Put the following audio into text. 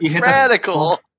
radical